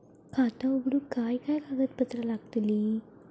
खाता उघडूक काय काय कागदपत्रा लागतली?